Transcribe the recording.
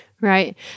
Right